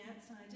outside